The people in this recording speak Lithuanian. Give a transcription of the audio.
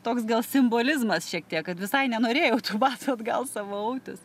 toks gal simbolizmas šiek tiek kad visai nenorėjau tų batų atgal savo autis